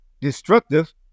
destructive